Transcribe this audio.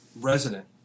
resident